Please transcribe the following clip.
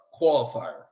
qualifier